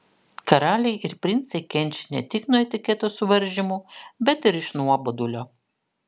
karaliai ir princai kenčia ne tik nuo etiketo suvaržymų bet ir iš nuobodulio